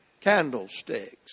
candlesticks